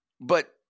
but-